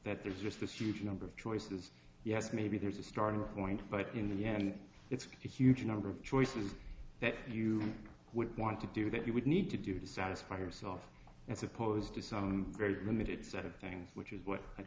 that there's just a huge number of choices yes maybe there's a starting point but in the end it's a huge number of choices that you would want to do that you would need to do to satisfy yourself as opposed to some very limited set of things which is what i